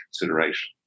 consideration